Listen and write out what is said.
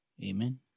Amen